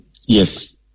Yes